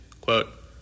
Quote